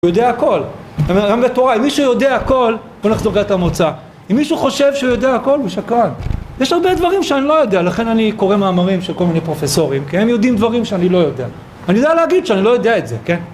הוא יודע הכל, גם בתורה אם מישהו יודע הכל בוא נחזור לנקודת המוצא, אם מישהו חושב שהוא יודע הכל הוא שקרן, יש הרבה דברים שאני לא יודע לכן אני קורא מאמרים של כל מיני פרופסורים כי הם יודעים דברים שאני לא יודע, אני יודע להגיד שאני לא יודע את זה. כן?